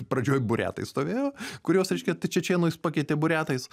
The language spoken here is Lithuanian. pradžioj buriatai stovėjo kuriuos reiškia tai čečėnus pakeitė buriatais